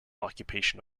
occupation